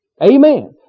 Amen